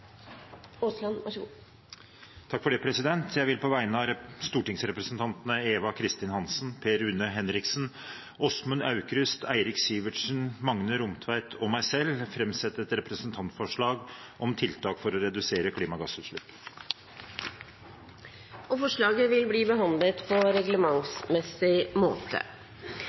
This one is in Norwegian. Jeg vil på vegne av stortingsrepresentantene Eva Kristin Hansen, Per Rune Henriksen, Åsmund Aukrust, Eirik Sivertsen, Magne Rommetveit og meg selv framsette et representantforslag om tiltak for å redusere klimagassutslipp. Forslaget vil bli behandlet på reglementsmessig måte.